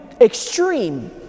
extreme